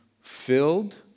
filled